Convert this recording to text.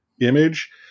image